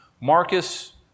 Marcus